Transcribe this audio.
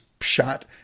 shot